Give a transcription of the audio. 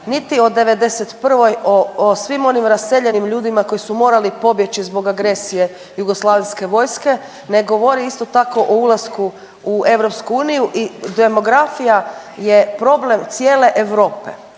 niti o '91. o, o svim onim raseljenim ljudima koji su morali pobjeći zbog agresije jugoslavenske vojske, ne govori isto tako o ulasku u EU i demografija je problem cijele Europe,